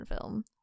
film